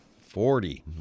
Forty